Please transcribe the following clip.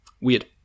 Weird